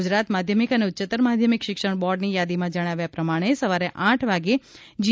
ગુજરાત માધ્યમિક અને ઉચ્ચત્તર માધ્યમિક શિક્ષણ બોર્ડની યાદીમાં જણાવ્યા પ્રમાણે સવારે આઠ વાગ્યે જી